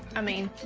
i mean,